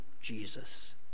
Jesus